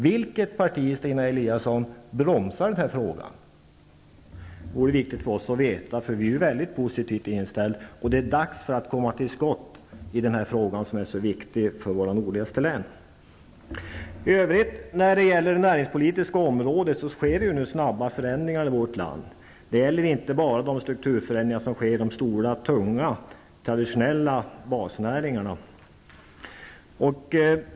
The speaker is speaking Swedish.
Vilket parti är det som bromsar i den här frågan? Det är viktigt för oss att få besked. Vi har en synnerligen positiv inställning i det här avseendet. Det är hög tid att vi kommer till skott i denna fråga, som är så viktig för oss i de nordligaste länen. På det näringspolitiska området sker förändringar snabbt i vårt land. Det gäller inte bara de strukturförändringar som sker i de stora tunga och traditionella basnäringarna.